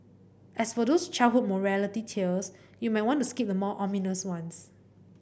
as for those childhood morality tales you might want to skip the more ominous ones